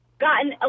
gotten